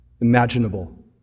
imaginable